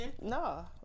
No